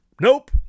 Nope